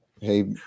Hey